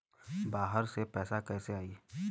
बाहर से पैसा कैसे आई?